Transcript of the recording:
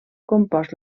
compost